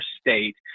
state